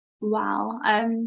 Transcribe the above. wow